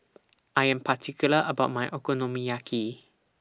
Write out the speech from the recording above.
I Am particular about My Okonomiyaki